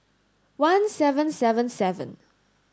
one seven seven seven